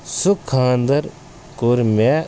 سُہ خانٛدر کوٚر مےٚ